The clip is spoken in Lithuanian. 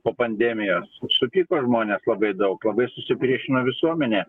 po pandemijos supyko žmonės labai daug labai susipriešino visuomenė